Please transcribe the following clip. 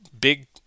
big